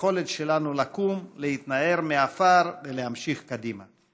ליכולת שלנו לקום, להתנער מעפר ולהמשיך קדימה.